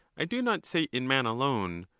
i do not say in man alone,